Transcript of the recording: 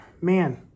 man